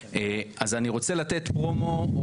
אז אני רוצה לתת פרומו,